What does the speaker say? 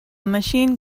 machine